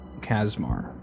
Kazmar